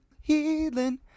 healing